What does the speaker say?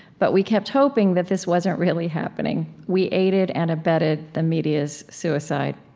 but we kept hoping that this wasn't really happening. we aided and abetted the media's suicide.